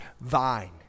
vine